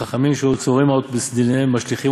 החכמים שהיו צוררים מעות בסדיניהם ומשליכים